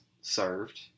served